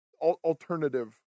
alternative